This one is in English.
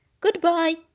Goodbye